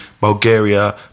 Bulgaria